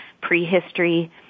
prehistory